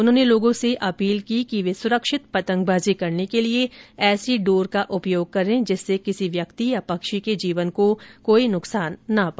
उन्होंने लोगों से अपील की है कि वे सुरक्षित पतंगबाजी करने के लिए ऐसी डोर का उपयोग करें जिससे किसी व्यक्ति या पक्षी के जीवन को कोई नुकसान ना हो